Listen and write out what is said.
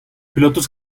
pilotos